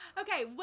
Okay